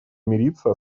мириться